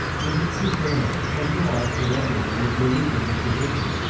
with his coup failing, kornilov surrendered and was relieved of his position.